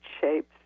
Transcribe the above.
shapes